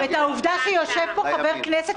ועוד אחת,